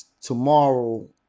tomorrow